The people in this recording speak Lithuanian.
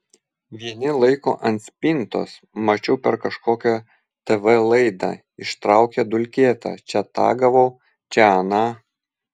vieni laiko ant spintos mačiau per kažkokią tv laidą ištraukė dulkėtą čia tą gavau čia aną